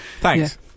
Thanks